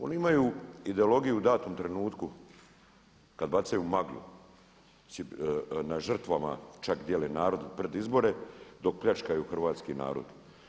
Oni imaju ideologiju u datom trenutku kad bacaju maglu na žrtvama, čak dijele narod pred izbore dok pljačkaju hrvatski narod.